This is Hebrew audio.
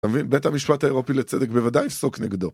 אתם מבין? בית המשפט האירופי לצדק בוודאי יפסוק נגדו.